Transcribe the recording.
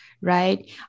right